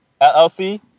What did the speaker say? LLC